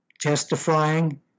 testifying